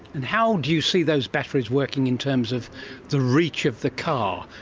and how do you see those batteries working in terms of the reach of the car,